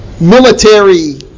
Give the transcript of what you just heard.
military